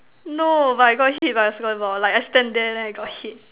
no but I got hit by a soccer ball like I stand there then I got hit